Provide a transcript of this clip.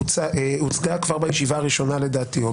הוצגה כבר בישיבה הראשונה לדעתי,